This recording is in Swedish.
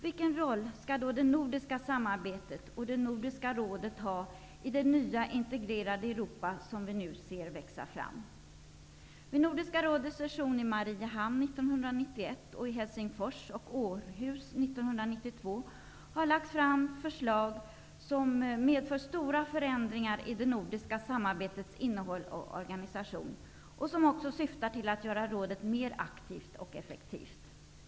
Vilken roll skall då det nordiska samarbetet och Nordiska rådet ha i det nya integrerade Europa som vi nu ser växa fram? Vid Nordiska rådets session i Mariehamn 1991 och i Helsingfors och Århus 1992 har lagts fram förslag som medför stora förändringar i det nordiska samarbetets innehåll och organisation, och som också syftar till att göra rådet mer aktivt och effektivt.